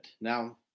now